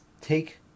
Take